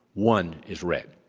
one is red.